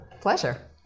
Pleasure